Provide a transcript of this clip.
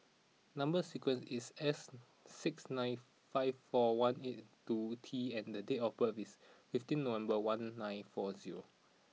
number sequence is S six nine five four one eight two T and the date of birth is fifteen November one nine four zero